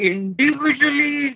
Individually